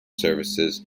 services